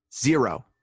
Zero